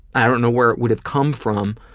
i don't know where it would have come from,